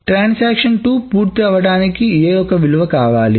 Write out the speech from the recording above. transaction two పూర్తవడానికి A యొక్క విలువ కావాలి